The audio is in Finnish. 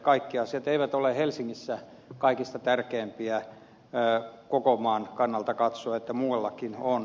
kaikki asiat eivät ole helsingissä kaikista tärkeimpiä koko maan kannalta katsoen että muuallakin on